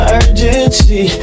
urgency